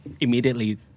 immediately